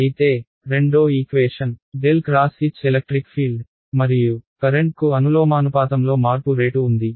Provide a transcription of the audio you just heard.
అయితే రెండో equation ∇ X H electric field మరియు కరెంట్కు అనులోమానుపాతంలో మార్పు రేటు ఉంది